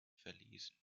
verlesen